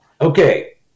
Okay